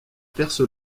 perce